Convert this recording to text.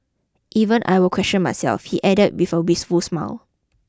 even I will question myself he added with a wistful smile